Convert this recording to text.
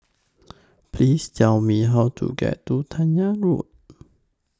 Please Tell Me How to get to Dahan Road